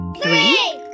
three